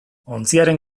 ontziaren